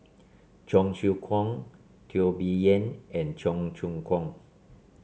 Cheong Siew Keong Teo Bee Yen and Cheong Choong Kong